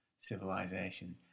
civilization